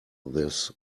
this